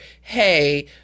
hey